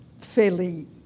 fairly